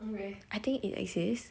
I think it exists